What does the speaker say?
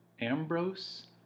Ambrose